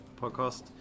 podcast